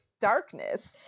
darkness